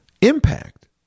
impact